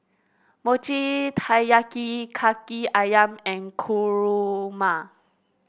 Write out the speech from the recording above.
Mochi Taiyaki kaki ayam and kurma